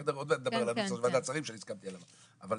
עוד